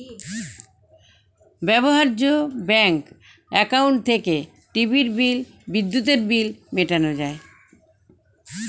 ব্যবহার্য bank account থেকে টিভির বিল, বিদ্যুতের বিল মেটানো যায়